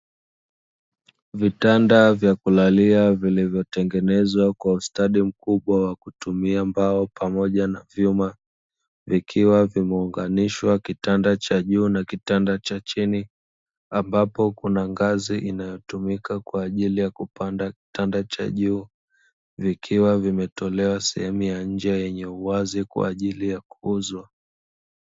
Vitanda vya kulalia vilivyotengenezwa kwa ustadi mkubwa wa kutumia mbao pamoja na vyuma, vikiwa vimeunganishwa kitanda cha juu na kitanda cha chini, ambapo kuna ngazi inayotumika kwa ajili ya kupanda kitanda cha juu, vikiwa vimetolewa sehemu ya nje yenye uwazi kwa ajili ya kuuzwa.